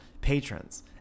Patrons